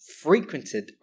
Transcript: frequented